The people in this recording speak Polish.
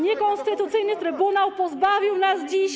Niekonstytucyjny trybunał pozbawił nas dziś.